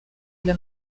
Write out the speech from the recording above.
для